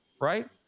right